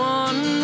one